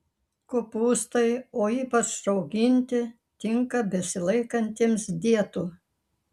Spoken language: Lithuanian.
kopūstai o ypač rauginti tinka besilaikantiems dietų